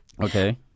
okay